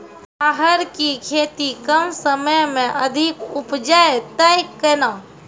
राहर की खेती कम समय मे अधिक उपजे तय केना?